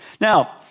Now